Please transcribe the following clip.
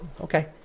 Okay